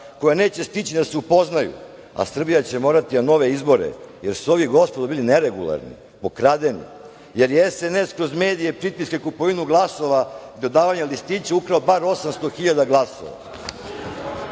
koja neće stići da se upoznaju, a Srbija će morati na nove izbore, jer su ovi gospodo bili neregularni, pokradeni, jer je SNS kroz medije, pritiske, kupovinu glasova, dodavanja listića ukrao bar 800.000 glasova. Nemojte